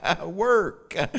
work